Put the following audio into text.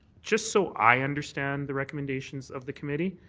just so i understand the recommendations of the committee,